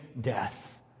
death